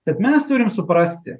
bet mes turim suprasti